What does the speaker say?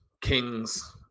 kings